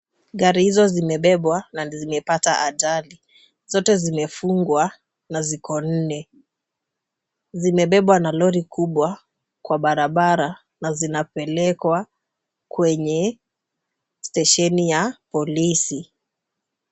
Gari hizo zimebebwa na zimepata ajali, zote zimefungwa na ziko nne. Zimebebwa na lori kubwa kwa barabara na zinapelekwa kwenye stesheni ya polisi.